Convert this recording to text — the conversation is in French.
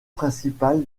principal